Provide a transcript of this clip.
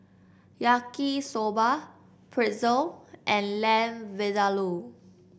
Yaki Soba Pretzel and Lamb Vindaloo